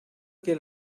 que